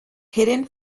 hidden